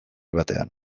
batean